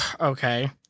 Okay